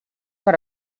per